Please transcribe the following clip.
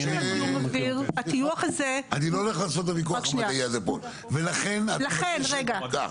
אני לא נכנס לוויכוח המדעי הזה פה, ולכן את מבקשת?